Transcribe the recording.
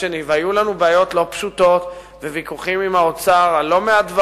היו לנו בעיות לא פשוטות וויכוחים עם האוצר על לא מעט דברים,